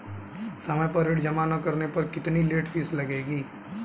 समय पर ऋण जमा न करने पर कितनी लेट फीस लगेगी?